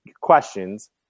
questions